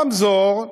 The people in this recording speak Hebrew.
ברמזור,